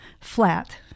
flat